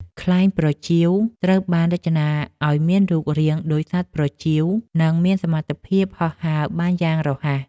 ខ្លែងប្រចៀវ ត្រូវបានរចនាឱ្យមានរូបរាងដូចសត្វប្រចៀវ និងមានសមត្ថភាពហោះហើរបានយ៉ាងរហ័ស។